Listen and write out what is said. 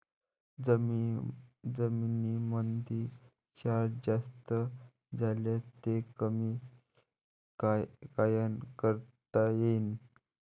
जमीनीमंदी क्षार जास्त झाल्यास ते कमी कायनं करता येईन?